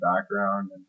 background